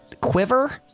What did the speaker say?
quiver